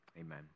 amen